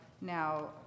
now